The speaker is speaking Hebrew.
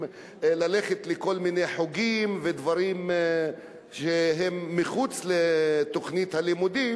ללכת לכל מיני חוגים ודברים שהם מחוץ לתוכנית הלימודים,